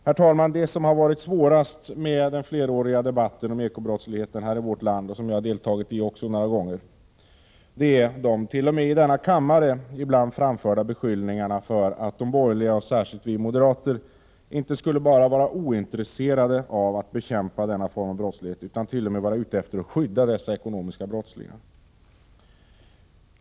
Herr talman! Det som varit svårast med den fleråriga debatten om ekonomisk brottslighet i vårt land — en debatt som också jag deltagit i några gånger — är de ibland t.o.m. i denna kammare framförda beskyllningarna att de borgerliga och särskilt vi moderater skulle vara inte bara ointresserade av att bekämpa denna form av brottslighet utan även vara ute efter att skydda dessa ekonomiska brottslingar.